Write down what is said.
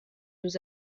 nous